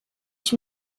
ich